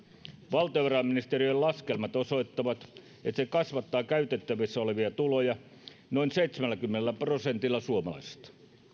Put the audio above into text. valtiovarainministeriön laskelmat osoittavat että se kasvattaa käytettävissä olevia tuloja noin seitsemälläkymmenellä prosentilla suomalaisista